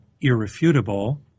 irrefutable